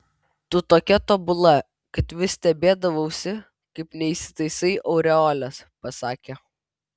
tu tokia tobula kad vis stebėdavausi kaip neįsitaisai aureolės pasakė